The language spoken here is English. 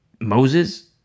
moses